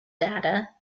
data